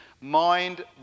mind